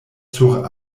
sur